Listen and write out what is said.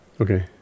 Okay